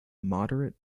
moderate